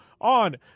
on